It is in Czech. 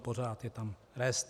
Pořád je tam rest.